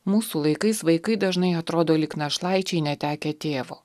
mūsų laikais vaikai dažnai atrodo lyg našlaičiai netekę tėvo